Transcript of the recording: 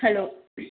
hello